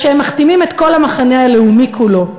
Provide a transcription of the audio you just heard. אלא שהם מכתימים את כל המחנה הלאומי כולו.